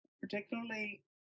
particularly